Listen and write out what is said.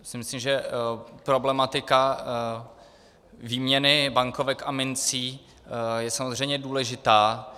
Myslím si, že problematika výměny bankovek a mincí je samozřejmě důležitá.